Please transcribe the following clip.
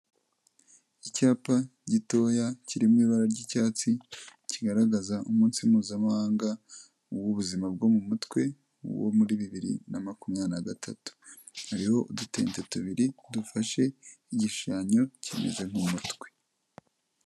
Icyapa gitoya kiri mu ibara ry'icyatsi, kigaragaza umunsi mpuzamahanga w'ubuzima bwo mu mutwe, wo muri bibiri na makumya na gatatu, hariho udutente tubiri dufashe igishushanyo kimeze nk'umutwe.